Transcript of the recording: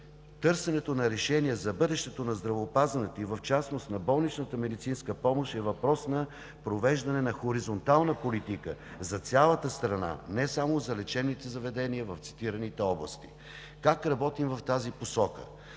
търсенето на решения за бъдещото на здравеопазването и в частност на болничната медицинска помощ е въпрос на провеждане на хоризонтална политика за цялата страна не само за лечебните заведения в цитираните области. Как работим в тази посока?